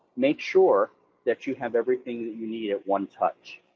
make sure that you have everything that you need at one touch